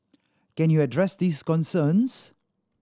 can you address these concerns